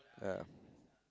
ya